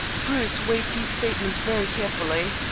bruce weighed these statements very carefully.